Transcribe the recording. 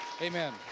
Amen